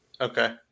Okay